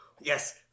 Yes